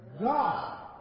God